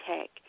tech